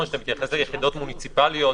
שאתה מתייחס ליחידות מוניציפליות,